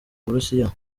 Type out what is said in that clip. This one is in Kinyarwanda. burusiya